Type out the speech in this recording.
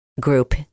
group